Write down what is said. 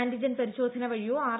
antigen പരിശോധന വഴിയോ R